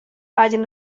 hagien